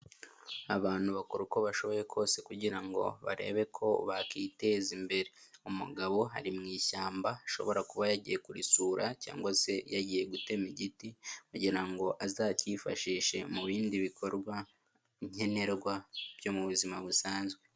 Abantu bakora uko bashoboye kose kugira ngo barebe ko bakiteza imbere, umugabo ari mu ishyamba ashobora kuba yagiye kurisura cyangwa se yagiye gutema igiti kugira ngo azacyifashishe mu bindi bikorwa nkenerwa byo mu buzima busanzwe.